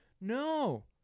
No